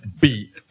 beat